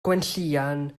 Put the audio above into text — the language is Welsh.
gwenllian